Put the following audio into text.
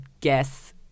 guess